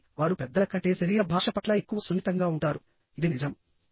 కాబట్టి వారు పెద్దల కంటే శరీర భాష పట్ల ఎక్కువ సున్నితంగా ఉంటారు ఇది నిజం